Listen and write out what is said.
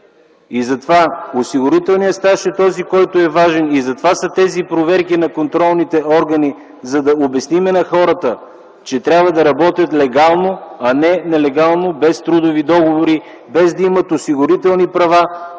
Затова осигурителният стаж е този, който е важен и затова са тези проверки на контролните органи, за да обясним на хората, че трябва да работят легално, а не нелегално, без трудови договори, без да имат осигурителни права,